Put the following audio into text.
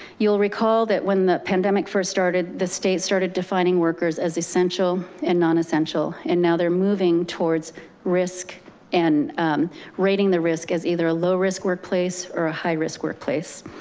you'll recall that when the pandemic first started, the state started defining workers as essential and nonessential, and now they're moving towards risk and rating the risk as either a low risk workplace workplace or a high risk workplace.